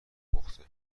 پخته